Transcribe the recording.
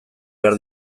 behar